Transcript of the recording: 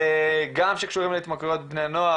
גם כאלה שקשורים להתמכרויות בבני הנוער,